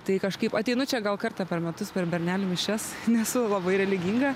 tai kažkaip ateinu čia gal kartą per metus per bernelių mišias nesu labai religinga